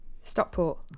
Stockport